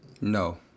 No